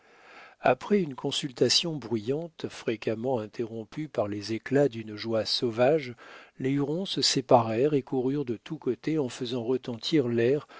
après une consultation bruyante fréquemment interrompue par les éclats d'une joie sauvage les hurons se séparèrent et coururent de tous côtés en faisant retentir l'air